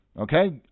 Okay